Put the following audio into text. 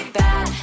bad